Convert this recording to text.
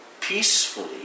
peacefully